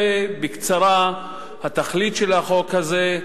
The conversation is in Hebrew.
זה בקצרה התכלית של החוק הזה.